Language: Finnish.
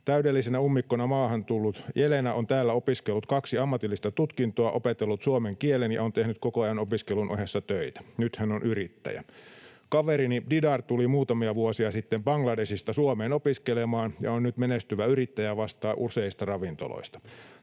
Täydellisenä ummikkona maahan tullut Elena on täällä opiskellut kaksi ammatillista tutkintoa, opetellut suomen kielen ja on tehnyt koko ajan opiskelun ohessa töitä. Nyt hän on yrittäjä. Kaverini Didar tuli muutamia vuosia sitten Bangladeshista Suomeen opiskelemaan ja on nyt menestyvä yrittäjä, vastaa useista ravintoloista.